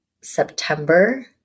September